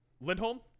Lindholm